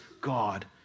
God